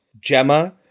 Gemma